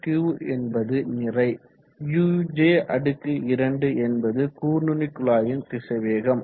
ρQ என்பது நிறை uj2 என்பது கூர்நுனிக்குழாயின் திசைவேகம்